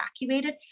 evacuated